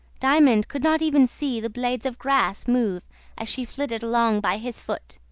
diamond could not even see the blades of grass move as she flitted along by his foot.